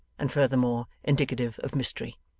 and furthermore indicative of mystery.